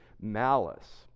malice